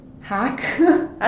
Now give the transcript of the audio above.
hack